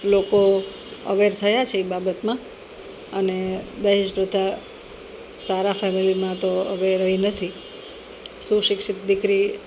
લોકો અવેર થયાં છે એ બાબતમાં અને દહેજ પ્રથા સારા ફૅમિલીમાં તો હવે રહી નથી સુશિક્ષિત દીકરી